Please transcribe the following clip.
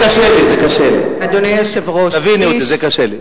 זה קשה לי, זה קשה לי.